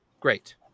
great